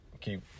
keep